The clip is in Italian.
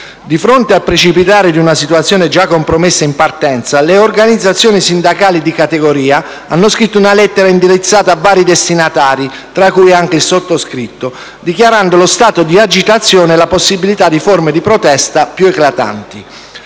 Di fronte al precipitare di una situazione già compromessa in partenza, le organizzazioni sindacali di categoria hanno scritto una lettera indirizzata a vari destinatari, tra cui anche il sottoscritto, dichiarando lo stato di agitazione e la possibilità di forme di protesta più eclatanti.